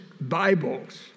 Bibles